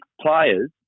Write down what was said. players